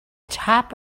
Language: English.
top